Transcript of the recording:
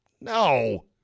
No